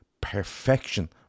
perfection